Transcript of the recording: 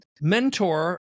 mentor